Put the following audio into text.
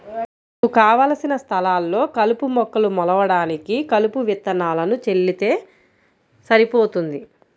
మనకు కావలసిన స్థలాల్లో కలుపు మొక్కలు మొలవడానికి కలుపు విత్తనాలను చల్లితే సరిపోతుంది